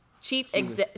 chief